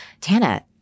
Tana